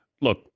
Look